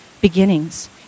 beginnings